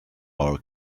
our